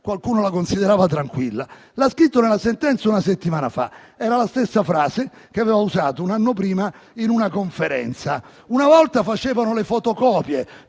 anche la Germania nazista. L'ha scritto nella sentenza una settimana fa; era la stessa frase che aveva usato un anno prima in una conferenza. Una volta facevano le fotocopie